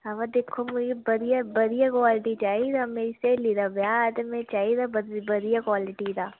बाऽ दिक्खो आं मिगी बधिया क्वालिटी दा चाहिदा मिगी बधिया क्वालिटी दा स्हेली दा ब्याह् ते मिगी चाहिदा बधिया क्वालिटी दा